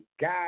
God